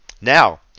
now